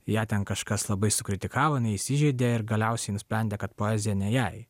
ją ten kažkas labai sukritikavo jinai įsižeidė ir galiausiai nusprendė kad poezija ne jai